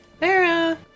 Vera